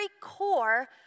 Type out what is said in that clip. core